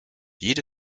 jede